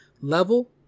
level